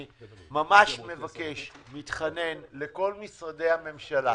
אני ממש מבקש ומתחנן לכל משרדי הממשלה